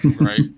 Right